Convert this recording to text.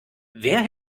wer